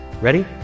Ready